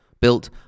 built